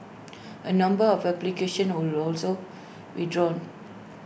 A number of applications were also withdrawn